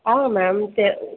ஆமாம் ma'am K